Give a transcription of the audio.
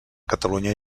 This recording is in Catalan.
catalunya